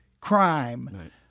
crime